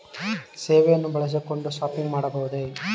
ಸೇವೆಯನ್ನು ಬಳಸಿಕೊಂಡು ಶಾಪಿಂಗ್ ಮಾಡಬಹುದೇ?